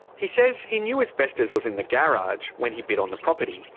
he says he knew asbestos was in the garage when he bid on the property.